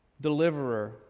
deliverer